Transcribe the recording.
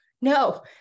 no